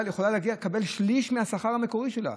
היא יכולה לקבל שליש מהשכר המקורי שלה,